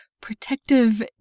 protective